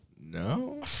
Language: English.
No